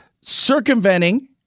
circumventing